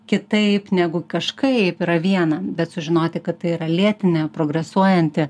kitaip negu kažkaip yra viena bet sužinoti kad tai yra lėtinė progresuojanti